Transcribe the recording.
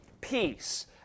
peace